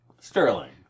Sterling